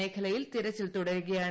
മേഖലയിൽ തിരച്ചിൽ തുടരുകയാണ്